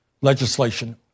legislation